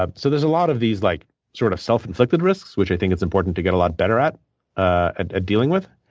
ah so there's a lot of these like sort of self inflicted risks, which i think it's important to get a lot better at ah dealing with.